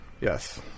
yes